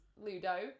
Ludo